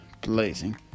blazing